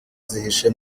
zihishe